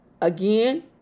again